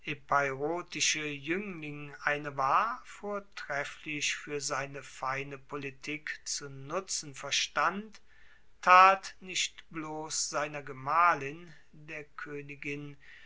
eine war vortrefflich fuer seine feine politik zu nutzen verstand tat nicht bloss seiner gemahlin der koenigin